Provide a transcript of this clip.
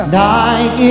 night